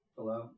Hello